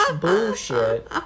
bullshit